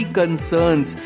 concerns